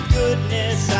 goodness